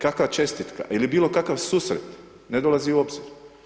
Kakva čestitka, ili bilo kakav susret, ne dolazi u obzir.